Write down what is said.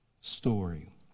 story